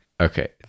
Okay